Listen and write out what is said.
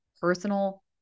personal